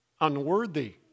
unworthy